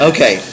Okay